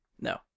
No